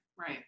right